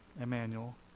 Emmanuel